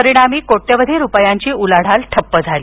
परिणामी कोट्यवधी रुपयांची उलाढाल ठप्प झाली